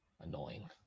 annoying